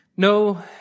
No